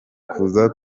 kuza